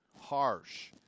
harsh